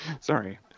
Sorry